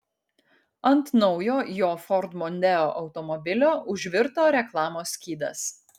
ant naujo jo ford mondeo automobilio užvirto reklamos skydas